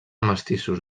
mestissos